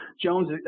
Jones